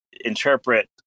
interpret